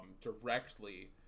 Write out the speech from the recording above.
directly